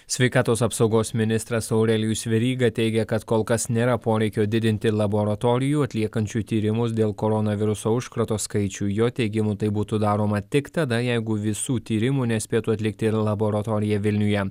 sveikatos apsaugos ministras aurelijus veryga teigė kad kol kas nėra poreikio didinti laboratorijų atliekančių tyrimus dėl koronaviruso užkrato skaičių jo teigimu tai būtų daroma tik tada jeigu visų tyrimų nespėtų atlikti ir laboratorija vilniuje